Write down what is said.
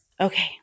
Okay